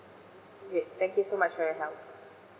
okay thank you so much for your help